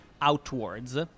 outwards